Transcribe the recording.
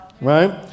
right